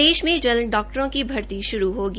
प्रदेश में जल्द डाक्टरों की भर्ती श्रू होगी